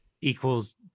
equals